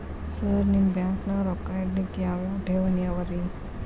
Sir ನಿಮ್ಮ ಬ್ಯಾಂಕನಾಗ ರೊಕ್ಕ ಇಡಲಿಕ್ಕೆ ಯಾವ್ ಯಾವ್ ಠೇವಣಿ ಅವ ರಿ?